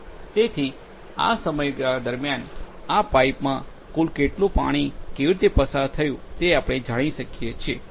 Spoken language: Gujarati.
તેથી આ સમયગાળા દરમિયાન આ પાઇપમાંથી કુલ કેટલુ પાણી કેવી રીતે પસાર થયું તે આપણે જાણી શકીએ છીએ